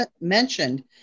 mentioned